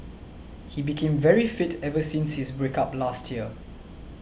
he became very fit ever since his break up last year